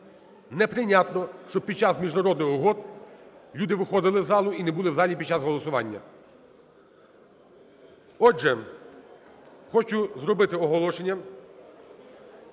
Неприйнятно, що під час міжнародних угод люди виходили з залу і не були в залі під час голосування. Отже, хочу зробити оголошення.